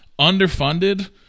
underfunded